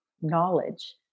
knowledge